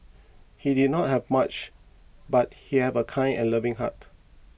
he did not have much but he have a kind and loving heart